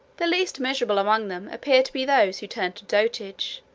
the least miserable among them appear to be those who turn to dotage,